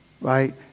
right